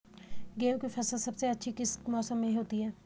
गेहूँ की फसल सबसे अच्छी किस मौसम में होती है